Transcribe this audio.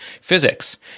physics